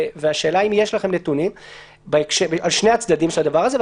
והשאלה אם יש לכם נתונים על שני הצדדים של הדבר הזה.